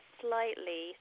slightly